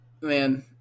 man